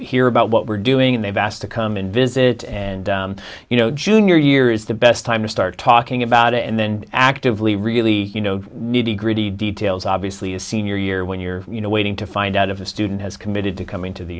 hear about what we're doing and they've asked to come and visit and you know junior year is the best time to start talking about it and then actively really you know need a gritty details obviously a senior year when you're you know waiting to find out if a student has committed to coming to the